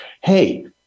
hey